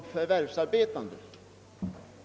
Jag protesterar mot ett sådant uttalande.